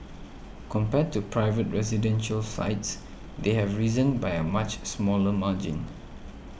compared to private residential sites they have risen by a much smaller margin